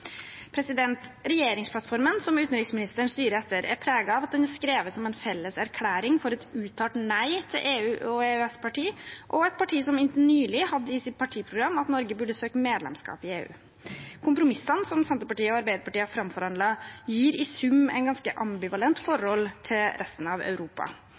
Regjeringsplattformen som utenriksministeren styrer etter, er preget av at den er skrevet som en felles erklæring for et uttalt nei til EU og EØS-parti, og et parti som inntil nylig hadde i sitt partiprogram at Norge burde søke medlemskap i EU. Kompromissene som Senterpartiet og Arbeiderpartiet har framforhandlet, gir i sum et ganske ambivalent forhold til resten av Europa.